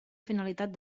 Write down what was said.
finalitat